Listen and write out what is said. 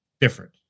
different